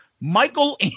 Michael